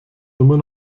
immer